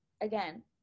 again